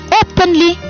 openly